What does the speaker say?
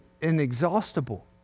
inexhaustible